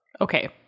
Okay